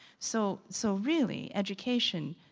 so so really, education,